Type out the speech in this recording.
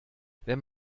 wenn